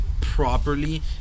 properly